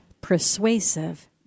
persuasive